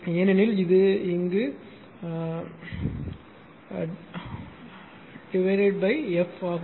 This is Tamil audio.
ஏனெனில் இது இங்கு எஃப் ஆகும்